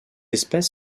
espèce